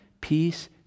peace